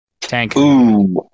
Tank